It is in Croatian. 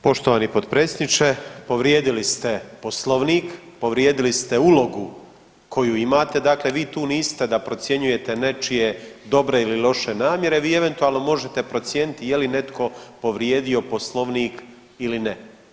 Poštovani potpredsjedniče, povrijedili ste Poslovnik, povrijedili ste ulogu koju imate, dakle vi tu niste da procjenjujete nečije dobre ili loše namjere, vi eventualno možete procijeniti je li netko povrijedio Poslovnik ili ne.